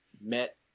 met